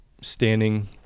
Standing